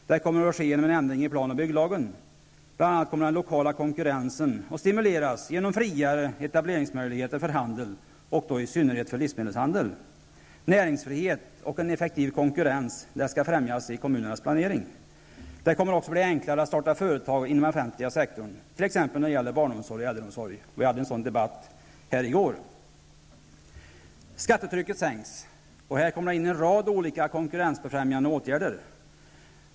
Detta kommer att ske genom en ändring i plan och bygglagen. Bl.a. kommer den lokala konkurrensen att stimuleras genom friare etableringsmöjligheter för handeln, i synnerhet för livsmedelshandeln. Näringsfrihet och en effektiv konkurrens skall främjas i kommunernas planering. Det kommer också att bli enklare att starta företag inom den offentliga sektorn, t.ex. när det gäller barnomsorg och äldreomsorg. Vi hade en sådan debatt här i går. Skattetrycket sänks. Här kommer det in en rad olika konkurrensbefrämjande åtgärder.